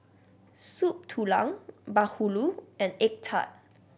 Soup Tulang bahulu and egg tart